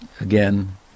again